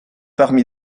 parmi